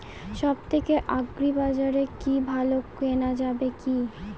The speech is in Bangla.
সব থেকে আগ্রিবাজারে কি ভালো কেনা যাবে কি?